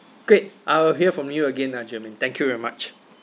great I'll hear from you again ah germaine thank you very much